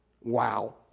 Wow